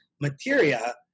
Materia